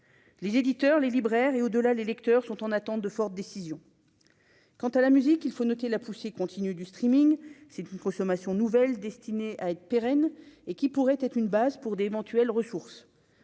les éditeurs, les libraires et au-delà les Lecteurs sont en attente de fortes décision quant à la musique, il faut noter la poussée continue du streaming, c'est une consommation nouvelles destinées à être pérenne et qui pourrait être une base pour d'éventuelles ressources